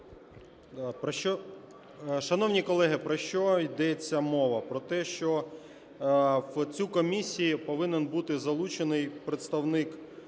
Шановні колеги, про що йде мова? Про те, що в цю комісію повинен бути залучений представник,